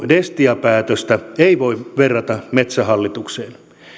destia päätöstä ei voi verrata metsähallitukseen